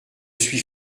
suis